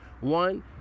One